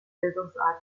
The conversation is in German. bildungsarbeit